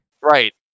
Right